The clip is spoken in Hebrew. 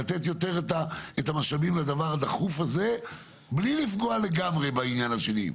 לתת יותר את המשאבים לדבר הדחוף הזה בלי לפגוע לגמרי בעניין השני.